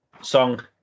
song